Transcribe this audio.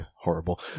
Horrible